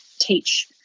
teach